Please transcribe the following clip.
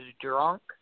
drunk